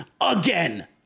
again